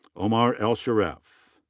omar elsherif.